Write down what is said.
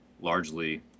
largely